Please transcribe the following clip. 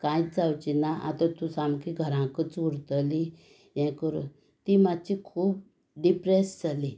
कांयच जावची ना आतां तूं सामकी घरांकूच उरतली हें करून ती मात्शी खूब डिप्रेस जाली